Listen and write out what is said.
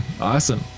Awesome